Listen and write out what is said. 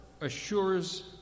assures